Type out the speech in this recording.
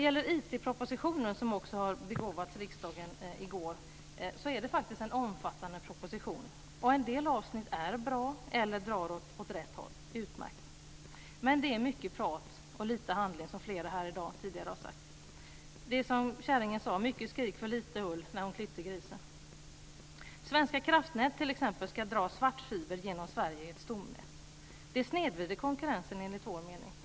IT-propositionen, som också begåvades riksdagen i går, är faktiskt en omfattande proposition. En del avsnitt är bra eller drar åt rätt håll. Det är utmärkt. Men det är mycket prat och lite handling, som flera har sagt tidigare i dag. Det är som käringen sade när hon klippte grisen: mycket skrik för lite ull. Svenska kraftnät ska t.ex. dra svartfiber genom Sverige i ett stomnät. Det snedvrider konkurrensen enligt vår mening.